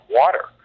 water